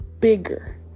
bigger